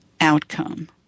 outcome